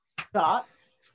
Thoughts